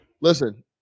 Listen